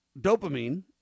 dopamine